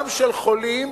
גם של חולים